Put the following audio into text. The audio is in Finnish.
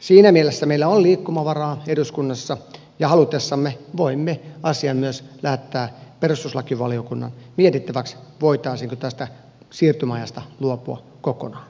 siinä mielessä meillä on liikkumavaraa eduskunnassa ja halutessamme voimme myös lähettää asian perustuslakivaliokunnan mietittäväksi voitaisiinko tästä siirtymäajasta luopua kokonaan